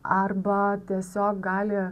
arba tiesiog gali